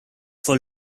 for